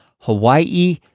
Hawaii